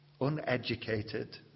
uneducated